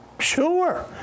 sure